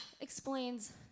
explains